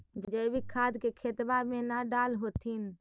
जैवीक खाद के खेतबा मे न डाल होथिं?